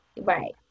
right